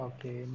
Okay